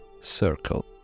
circle